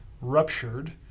ruptured